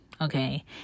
Okay